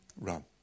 Run